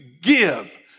give